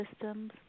systems